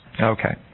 Okay